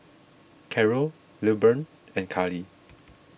Carrol Lilburn and Karly